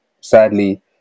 sadly